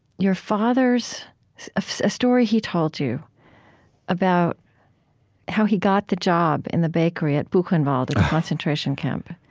your father's a story he told you about how he got the job in the bakery at buchenwald, the concentration camp,